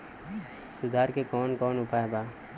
सुधार के कौन कौन उपाय वा?